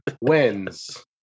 wins